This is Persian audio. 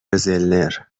زلنر